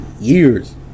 years